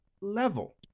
level